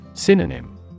Synonym